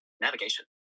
navigation